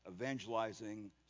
evangelizing